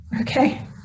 Okay